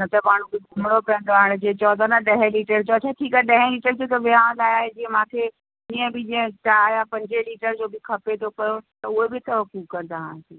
न त माण्हू खे घुमिणो पवंदो आहे हाणे जीअं चयो था न ॾहें लीटर जो आहे अच्छा ठीकु आहे ॾहें लीटर जो त विहांउ लाइ आहे जीअं मांखे जीअं बि जीअं चारि पंजे लीटर जो बि खपे थो पियो त उहो बि अथव कूकर तव्हांखे